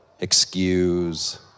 excuse